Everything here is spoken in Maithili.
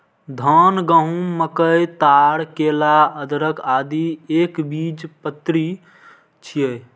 धान, गहूम, मकई, ताड़, केला, अदरक, आदि एकबीजपत्री छियै